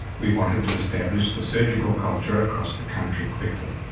we wanted to establish the surgical culture across the country quickly.